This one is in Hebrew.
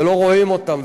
ולא רואים אותם.